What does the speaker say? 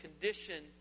condition